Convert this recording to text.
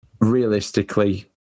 realistically